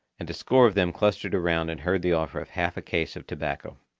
and a score of them clustered around and heard the offer of half a case of tobacco.